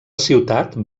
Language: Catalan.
ciutat